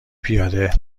پیاده